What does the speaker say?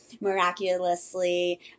Miraculously